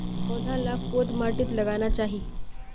पौधा लाक कोद माटित लगाना चही?